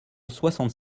soixante